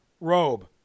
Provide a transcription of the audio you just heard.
robe